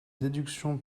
déduction